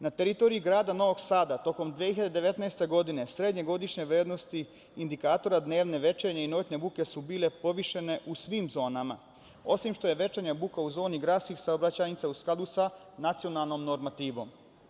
Na teritoriji grada Novog Sada tokom 2019. godine srednje godišnje vrednosti indikatora dnevne, večernje i noćne buke su bile povišene u svim zonama, osim što je večernja buka u zoni gradskih saobraćajnica u skladu sa nacionalnom normativom.